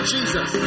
Jesus